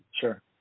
Sure